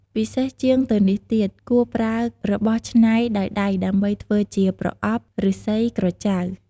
ពិសេសជាងទៅនេះទៀត គួរប្រើរបស់ច្នៃដោយដៃដើម្បីធ្វើជាប្រអប់ (ឫស្សី ក្រចៅ)។